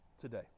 today